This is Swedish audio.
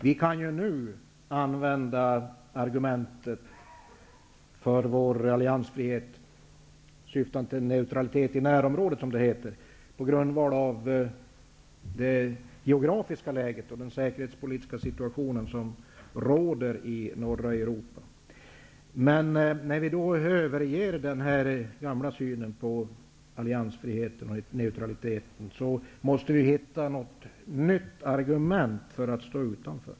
Vi kan nu som argument använda vår alliansfrihet syftande till neutralitet i närområdet, som det heter, på grund av det geografiska läget och den säkerhetspolitiska situation som råder i norra Europa. Men när vi överger den gamla synen på alliansfrihet och neutralitet, måste vi hitta något nytt argument för att stå utanför.